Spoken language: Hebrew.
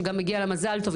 שגם מגיע לה מזל-טוב,